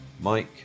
Mike